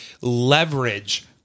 leverage